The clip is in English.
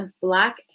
Black